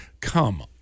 Come